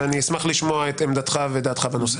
ואני אשמח לשמוע את עמדתך ודעתך בנושא.